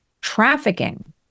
trafficking